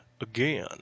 Again